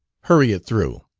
hurry it through.